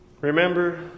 remember